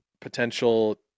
potential